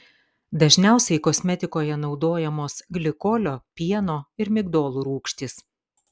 dažniausiai kosmetikoje naudojamos glikolio pieno ir migdolų rūgštys